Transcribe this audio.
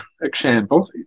example